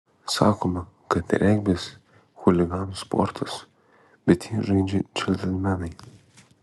sakoma kad regbis chuliganų sportas bet jį žaidžia džentelmenai